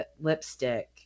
lipstick